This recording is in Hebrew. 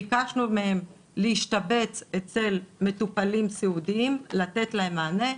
ביקשנו מהם להשתבץ אצל מטופלים סיעודיים ולתת להם מענה,